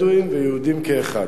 בדואים ויהודים כאחד.